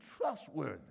trustworthy